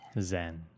Zen